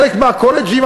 חלק מהקולג'ים,